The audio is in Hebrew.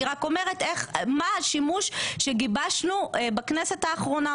אני רק אומרת מה השימוש שגיבשנו בכנסת האחרונה,